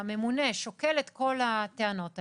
שהממונה שוקל את כל הטענות האלה,